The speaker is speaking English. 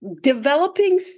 developing